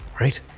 Right